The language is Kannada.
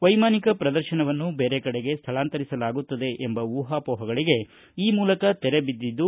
ವೈಮಾನಿಕ ಶ್ರದರ್ಶನವನ್ನು ಬೇರೆ ಕಡೆಗೆ ಸ್ಥಳಾಂತರಿಸಲಾಗುತ್ತದೆ ಎಂಬ ಊಹಾಹೋಹಗಳಿಗೆ ಈ ಮೂಲಕ ತೆರೆ ಬಿದ್ದಿದ್ದು